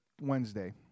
Wednesday